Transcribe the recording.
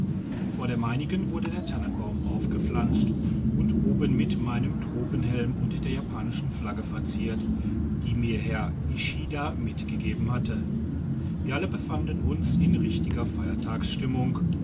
vor der meinigen wurde dertannenbaum aufgepflanzt und oben mit meinem tropenhelm und der japanischen flagge verziert die mir herr ishida mitgegeben hatte wir alle befanden uns in richtiger